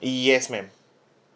yes ma'am